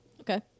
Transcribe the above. Okay